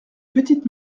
petites